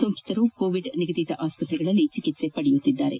ಸೋಂಕಿತರು ಕೋವಿಡ್ ನಿಗಧಿತ ಅಸ್ಪತ್ರೆಯಲ್ಲಿ ಚೆಕಿತ್ಸೆ ಪಡೆಯುತ್ತಿದ್ದಾರೆ